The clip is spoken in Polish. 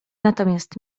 natomiast